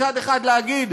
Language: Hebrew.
מצד אחד להגיד: